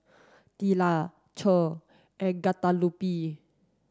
Tilla Che and Guadalupe